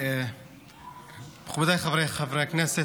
מכובדיי חברי הכנסת,